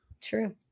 True